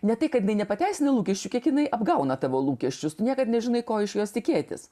ne tai kad jinai nepateisina lūkesčių kiek jinai apgauna tavo lūkesčiustu niekad nežinai ko iš jos tikėtis